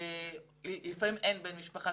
ולפעמים אין בן משפחה,